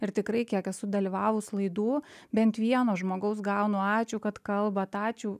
ir tikrai kiek esu dalyvavus laidų bent vieno žmogaus gaunu ačiū kad kalbat ačiū